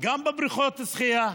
גם בבריכות שחייה,